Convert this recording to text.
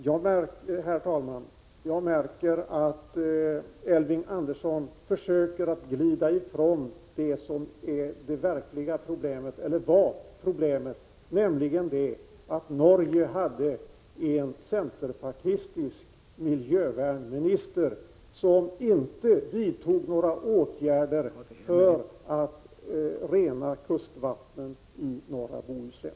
Herr talman! Jag märker att Elving Andersson försöker glida ifrån det som var det verkliga problemet, nämligen att Norge hade en centerpartistisk miljövärnsminister, som inte vidtog några åtgärder för att rena kustvattnen i norra Bohuslän.